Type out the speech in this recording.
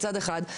מצד אחד,